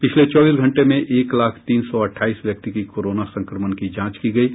पिछले चौबीस घंटे में एक लाख तीन सौ अटठाईस व्यक्ति की कोरोना संक्रमण की जांच की गई हैं